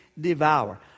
devour